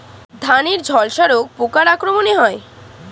ধানের ঝলসা রোগ পোকার আক্রমণে হয়?